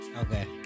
Okay